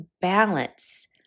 balance